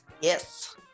Yes